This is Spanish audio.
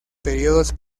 períodos